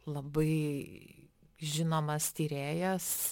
labai žinomas tyrėjas